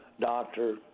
doctor